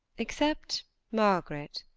except margaret.